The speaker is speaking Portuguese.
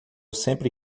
sempre